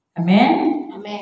Amen